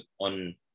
on